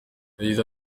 yagize